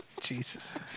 Jesus